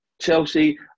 Chelsea